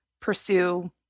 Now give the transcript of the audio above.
pursue